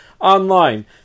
online